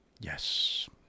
Yes